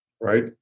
right